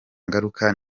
ngaruka